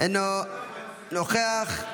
אינה נוכחת,